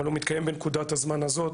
אבל הוא מתקיים בנקודת הזמן הזאת.